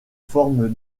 forme